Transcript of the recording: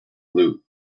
loot